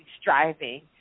striving